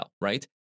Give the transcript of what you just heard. right